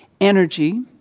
Energy